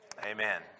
amen